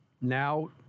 Now